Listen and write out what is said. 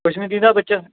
ਪ੍ਰਸ਼ਨ ਕੀਦਾ ਵਿੱਚ